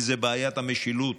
וזו בעיית המשילות.